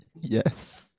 Yes